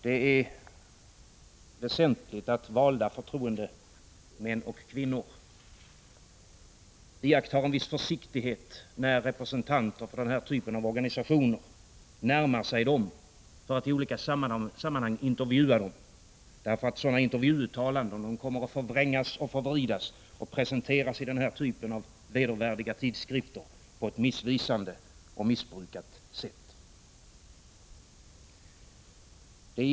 Det är väsentligt att valda förtroendemän och kvinnor iakttar en viss försiktighet när representanter för den här typen av organisationer närmar sig dem för att i olika sammanhang intervjua dem. Sådana intervjuuttalanden kommer att förvrängas och förvridas och presenteras i den här typen av vedervärdiga tidskrifter på ett missvisande och missbrukat sätt.